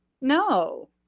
No